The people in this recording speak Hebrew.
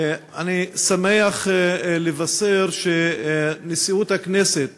אני שמח לבשר שנשיאות הכנסת